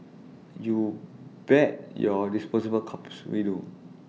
you bet your disposable cups we do